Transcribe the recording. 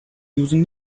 using